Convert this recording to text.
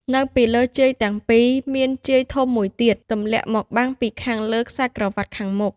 នៅពីលើជាយទាំងពីរ មានជាយធំមួយទៀតទម្លាក់មកបាំងពីខាងលើខ្សែក្រវ៉ាត់ខាងមុខ។